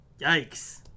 Yikes